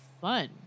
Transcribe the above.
fun